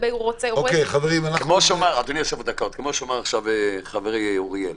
כמו שאמר עכשיו חברי אוריאל,